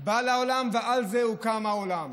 באה לעולם ועל זה הוקם העולם.